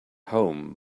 home